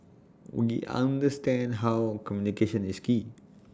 we understand how communication is key